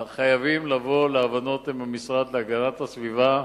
חייבים לבוא להבנות עם המשרד להגנת הסביבה.